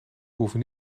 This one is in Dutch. hoeven